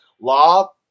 law